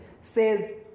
says